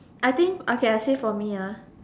I think okay I say for me